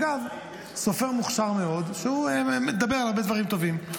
אגב, סופר מוכשר מאוד שמדבר על הרבה דברים טובים.